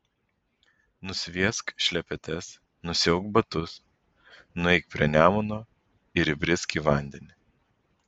nusviesk šlepetes nusiauk batus nueik prie nemuno ir įbrisk į vandenį